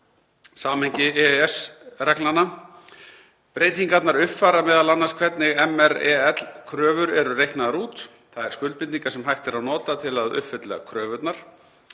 samhengi EES-reglnanna. Breytingarnar uppfæra m.a. hvernig MREL-kröfur eru reiknaðar út, þær skuldbindingar sem hægt er að nota til að uppfylla kröfurnar.